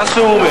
מה שהוא אומר.